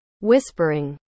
Whispering